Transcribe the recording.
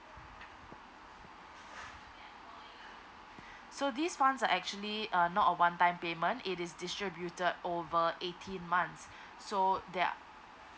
so these funds are actually uh not a one time payment it is distributed over eighteen months so there're